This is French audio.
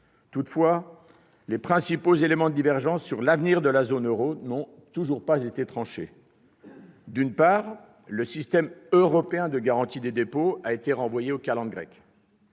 Toutefois, les principaux éléments de divergence sur l'avenir de la zone euro n'ont toujours pas été tranchés. D'une part, le système européen de garantie des dépôts a été renvoyé aux calendes grecques.